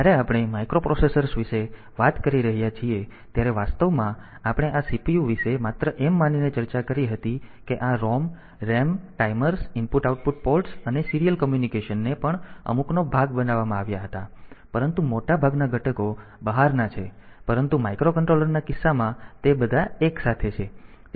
જ્યારે આપણે માઈક્રોપ્રોસેસર્સ વિશે વાત કરી રહ્યા છીએ ત્યારે વાસ્તવમાં આપણે આ CPU વિશે માત્ર એમ માનીને ચર્ચા કરી હતી કે આ ROM RAM timers IO ports અને સીરીયલ કોમ્યુનિકેશનને પણ અમુકનો ભાગ બનાવવામાં આવ્યા હતા પરંતુ મોટાભાગના ઘટકો બહારના છે પરંતુ માઇક્રો કંટ્રોલરના કિસ્સામાં તે બધા એક સાથે છે